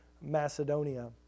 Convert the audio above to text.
Macedonia